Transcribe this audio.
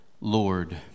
Lord